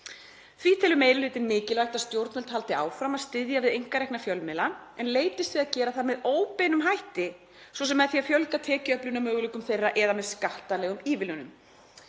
Því telur meiri hlutinn mikilvægt að stjórnvöld haldi áfram að styðja við einkarekna fjölmiðla, en leitist við að gera það með óbeinum hætti, svo sem með því að fjölga tekjuöflunarmöguleikum þeirra eða með skattalegum ívilnunum.